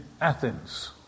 Athens